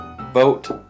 vote